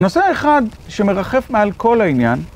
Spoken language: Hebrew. נושא אחד שמרחף מעל כל העניין